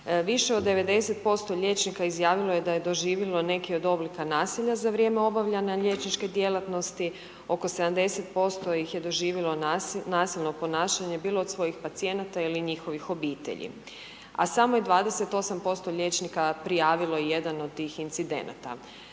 Više od 90% liječnika izjavilo je da je doživjelo neki od oblika nasilja za vrijeme obavljanja liječničke djelatnosti, oko 70% ih je doživjelo nasilno ponašanje bilo od svojih pacijenata ili njihovih obitelji a samo je 28% liječnika prijavilo jedan od tih incidenata.